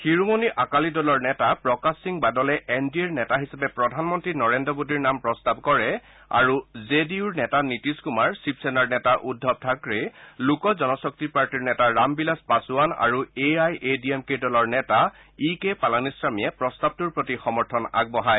শিৰোমণি আকালি দলৰ নেতা প্ৰকাশ সিং বাদলে এন ডি এৰ নেতা হিচাপে প্ৰধানমন্ত্ৰী নৰেন্দ্ৰ মোদীৰ নাম প্ৰস্তাৱ কৰে আৰু জে ডি ইউৰ নেতা নীতিশ কুমাৰ শিৱসেনাৰ নেতা উদ্ধৱ থাক্ৰে লোক জনশক্তি পাৰ্টীৰ নেতা ৰাম বিলাস পাছোৱান আৰু A I A D M K দলৰ নেতা ই কে পালানিস্বমীয়ে প্ৰস্তাৱটোৰ প্ৰতি সমৰ্থন আগবঢ়ায়